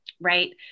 right